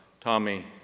Tommy